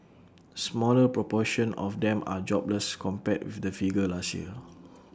smaller proportion of them are jobless compared with the figure last year